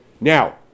Now